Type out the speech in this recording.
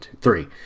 three